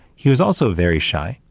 he was also very shy,